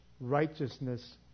righteousness